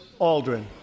Aldrin